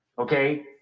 Okay